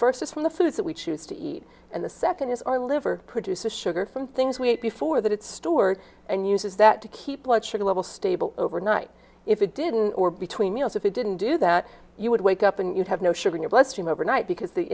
from the foods that we choose to eat and the second is our liver produces sugar from things we ate before that it's stored and uses that to keep blood sugar level stable over night if it didn't or between meals if you didn't do that you would wake up and you'd have no sugar in your bloodstream overnight because the